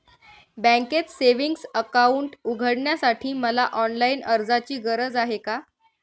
बँकेत savings account उघडण्यासाठी मला ऑनलाईन अर्जाची गरज आहे का?